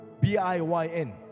B-I-Y-N